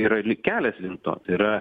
yra lyg kelias link to tai yra